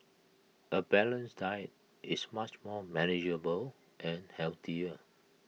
A balanced diet is much more manageable and healthier